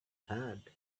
had